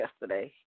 yesterday